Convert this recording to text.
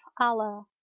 allah